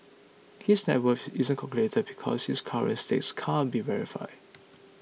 his net worth isn't calculated because his current stakes can't be verified